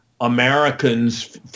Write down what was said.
Americans